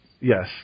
Yes